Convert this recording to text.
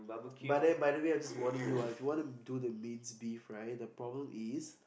but then by the way I'm just warning you ah if you want to do the minced beef right the problem is